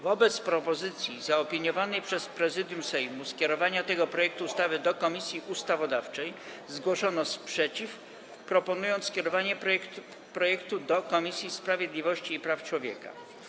Wobec propozycji zaopiniowanej przez Prezydium Sejmu dotyczącej skierowania tego projektu ustawy do Komisji Ustawodawczej zgłoszono sprzeciw, proponując skierowanie tego projektu do Komisji Sprawiedliwości i Praw Człowieka.